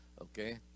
Okay